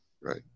right